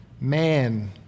man